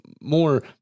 more